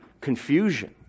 confusion